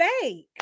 fake